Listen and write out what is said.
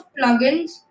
plugins